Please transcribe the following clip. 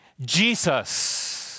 Jesus